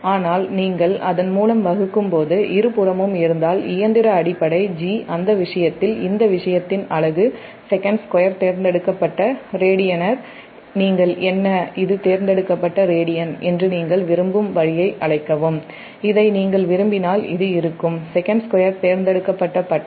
ஆனால் நீங்கள் அதன் மூலம் வகுக்கும் போது இருபுறமும் இயந்திர அடிப்படை G இந்த விஷயத்தின் அலகு sec2 தேர்ந்தெடுக்கப்பட்ட ரேடியன் என்று நீங்கள் விரும்பும் வழியை அழைக்கவும் இதை நீங்கள் விரும்பினால் இது இருக்கும் sec2 தேர்ந்தெடுக்கப்பட்ட ஃபேஸ்